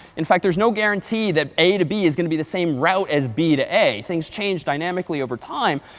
in fact, there's no guarantee that a to b is going to be the same route as b to a. things change dynamically over over time.